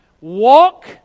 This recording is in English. Walk